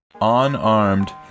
Unarmed